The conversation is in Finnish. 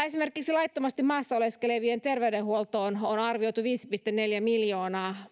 esimerkiksi laittomasti maassa oleskelevien terveydenhuoltoon on arvioitu viisi pilkku neljä miljoonaa